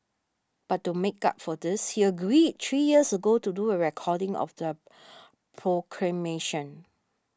but to make up for this he agreed three years ago to do a recording of the proclamation